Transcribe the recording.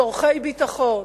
צורכי ביטחון,